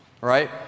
right